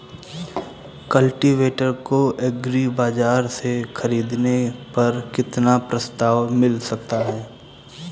Cultivator को agri बाजार से ख़रीदने पर कितना प्रस्ताव मिल सकता है?